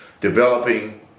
developing